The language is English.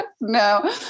no